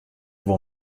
wol